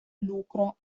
lucro